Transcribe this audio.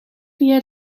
via